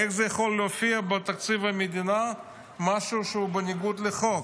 איך יכול להופיע בתקציב המדינה משהו שהוא בניגוד לחוק?